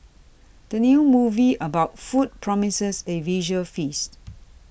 the new movie about food promises a visual feast